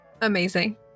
Amazing